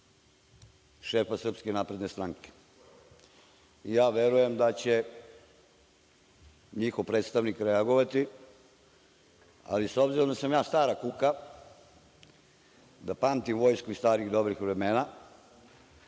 šefa Srpske napredne stranke. Verujem, da će njihov predstavnik reagovati, ali s obzirom da sam ja stara kuka, da pamtim vojsku iz starih dobrih vremena